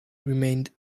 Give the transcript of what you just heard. remained